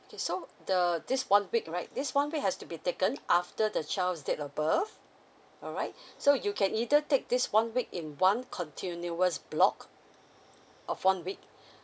okay so the this one week right this one week has to be taken after the child's date of birth alright so you can either take this one week in one continuous block of one week